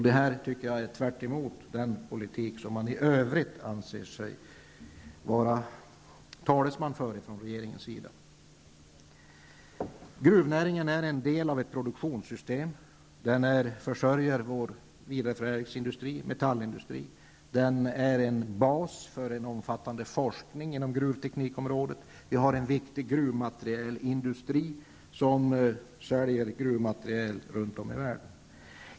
Det här är tvärt emot den politik som regeringen i övrigt anser sig vara talesman för. Gruvnäringen är en del av ett produktionssystem. Den försörjer vår vidareförädlingsindustri och vår metallindustri, och den är en bas för en omfattande forskning inom gruvteknikområdet. Vi har en viktig gruvmaterielindustri, som säljer gruvmateriel runt om i världen.